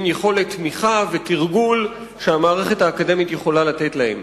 עם יכולת תמיכה ותרגול שהמערכת האקדמית יכולה לתת להם.